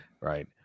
Right